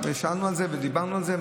ושאלנו על זה ודיברנו על זה,